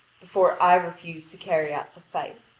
before i refuse to carry out the fight.